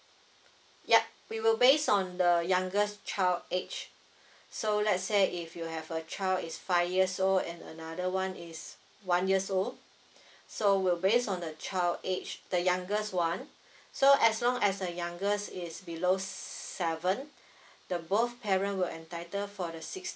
ya we will based on the youngest child age so let's say if you have a child is five years old and another one is one years old so we'll based on the child age the youngest one so as long as the youngest is below s~ seven the both parent will entitle for the six